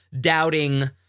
doubting